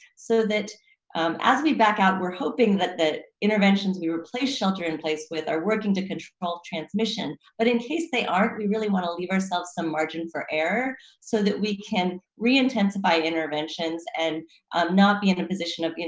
so that as we back out, we're hoping that the interventions we replace shelter-in-place with are working to control transmission, but in case they aren't, we really wanna leave ourselves some margin for error so that we can reintensify interventions and not be in a position of, you know,